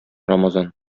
рамазан